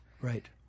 Right